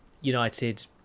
United